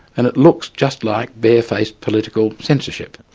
and it looks just like bare-faced political censorship.